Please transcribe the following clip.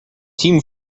team